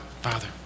Father